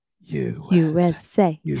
USA